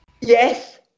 Yes